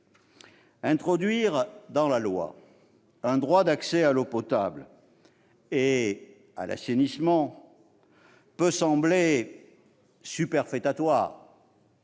Introduire dans la loi un droit d'accès à l'eau potable et à l'assainissement peut sembler superfétatoire,